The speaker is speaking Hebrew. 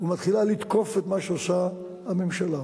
ומתחילה לתקוף את מה שעושה הממשלה,